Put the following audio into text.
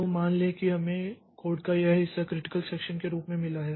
तो मान लें कि हमें कोड का यह हिस्सा क्रिटिकल सेक्षन के रूप में मिला है